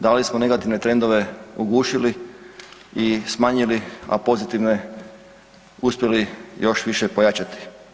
Da li smo negativne trendove ugušili i smanjili a pozitivne uspjeli još više pojačati?